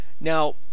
now